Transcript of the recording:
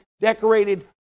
decorated